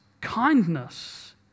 Kindness